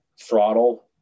throttle